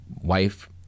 wife